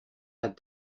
had